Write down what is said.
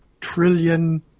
trillion